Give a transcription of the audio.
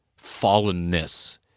fallenness